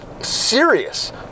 serious